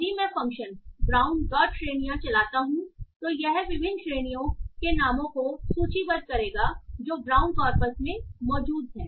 यदि मैं function Brown dot श्रेणियां चलाता हूं तो यह विभिन्न श्रेणियों के नामों को सूचीबद्ध करेगा जो ब्रउन कॉर्पस में मौजूद हैं